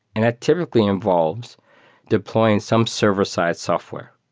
and that typically involves deploying some server-side software.